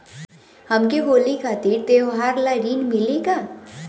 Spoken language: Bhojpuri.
हमके होली खातिर त्योहार ला ऋण मिली का?